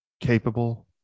capable